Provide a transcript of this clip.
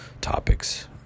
topics